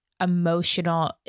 emotional